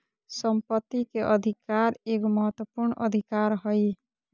संपत्ति के अधिकार एगो महत्वपूर्ण अधिकार हइ